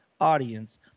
audience